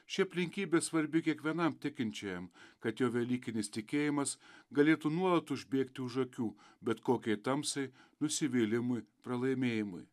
ši aplinkybė svarbi kiekvienam tikinčiajam kad jo velykinis tikėjimas galėtų nuolat užbėgti už akių bet kokiai tamsai nusivylimui pralaimėjimui